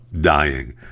dying